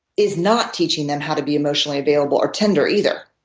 is not teaching them how to be emotionally available or tender either.